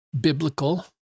biblical